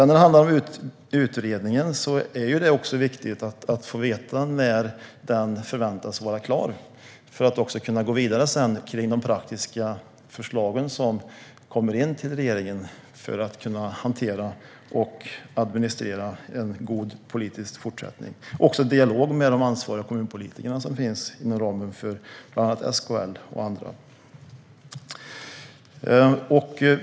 När det handlar om utredningen är det viktigt att få veta när denna förväntas bli klar, för att kunna gå vidare med de praktiska förslag som kommer in till regeringen och hantera och administrera en god politisk fortsättning och en dialog med de ansvariga kommunpolitikerna inom ramen för SKL och andra.